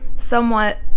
somewhat